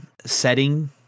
setting